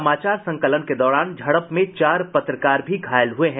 समाचार संकलन के दौरान झड़प में चार पत्रकार भी घायल हुए हैं